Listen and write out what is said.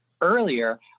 earlier